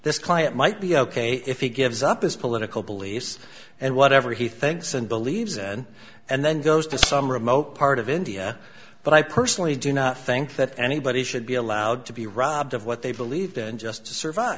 this client might be ok if he gives up his political beliefs and whatever he thinks and believes and and then goes to some remote part of india but i personally do not think that anybody should be allowed to be robbed of what they believed and just to survive